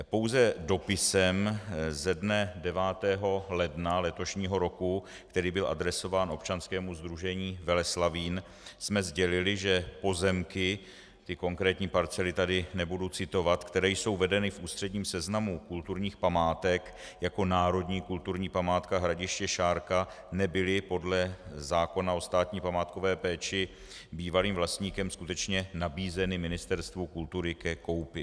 Pouze dopisem ze dne 9. ledna letošního roku, který byl adresován občanskému sdružení Veleslavín, jsme sdělili, že pozemky, konkrétní parcely tady nebudu citovat, které jsou vedeny v ústředním seznamu kulturních památek jako národní kulturní památka Hradiště Šárka, nebyly podle zákona o státní památkové péči bývalým vlastníkem skutečně nabízeny Ministerstvu kultury ke koupi.